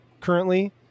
currently